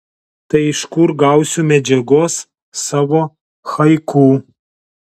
tai iš kur gausiu medžiagos savo haiku